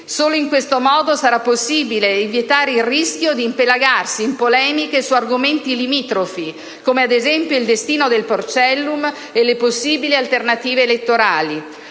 solo in questo modo sarà possibile evitare il rischio di impelagarsi in polemiche su argomenti limitrofi, come ad esempio il destino del "porcellum" e le possibili alternative elettorali.